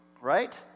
Right